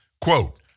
Quote